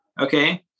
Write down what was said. Okay